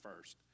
first